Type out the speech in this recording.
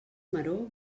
maror